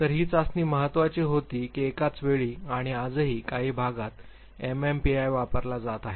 तर ही चाचणी महत्त्वाची होती की एकाच वेळी आणि आजही काही भागात एमएमपीआय वापरला जात आहे